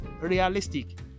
realistic